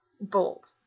bold